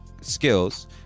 skills